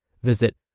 Visit